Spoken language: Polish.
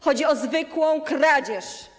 Chodzi o zwykłą kradzież!